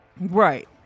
Right